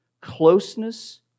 Closeness